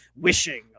wishing